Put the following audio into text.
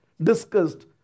discussed